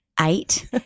Eight